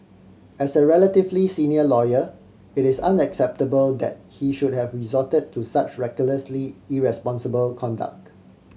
as a relatively senior lawyer it is unacceptable that he should have resorted to such recklessly irresponsible conduct